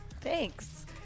Thanks